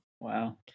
Wow